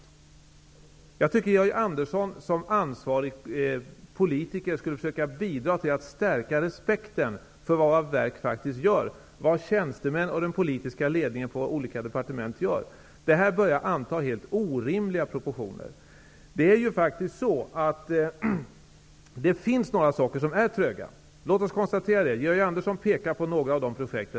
Jag tycker att Georg Anderssom som ansvarig politiker skulle försöka att bidra till att stärka respekten för vad våra verk faktiskt gör samt för vad tjänstemän och den politiska ledningen på olika departement gör. Det här börjar anta helt orimliga proportioner. Det finns några saker som är tröga. Låt oss konstatera det. Georg Anderssom pekar på några av dessa projekt.